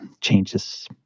changes